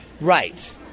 Right